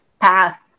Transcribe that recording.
path